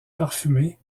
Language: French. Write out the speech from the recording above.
parfumées